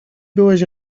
byłeś